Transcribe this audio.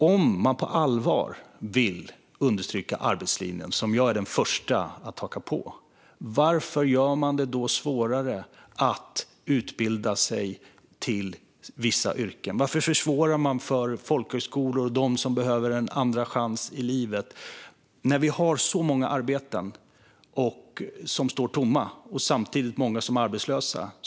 Om man på allvar vill understryka arbetslinjen, som jag är den förste att haka på, varför gör man det då svårare för människor att utbilda sig till vissa yrken? Varför försvårar man för folkhögskolor och för dem som behöver en andra chans i livet när vi har en sådan brist på arbetskraft inom många yrken och samtidigt har många arbetslösa.